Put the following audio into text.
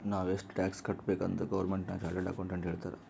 ನಾವ್ ಎಷ್ಟ ಟ್ಯಾಕ್ಸ್ ಕಟ್ಬೇಕ್ ಅಂತ್ ಗೌರ್ಮೆಂಟ್ಗ ಚಾರ್ಟೆಡ್ ಅಕೌಂಟೆಂಟ್ ಹೇಳ್ತಾರ್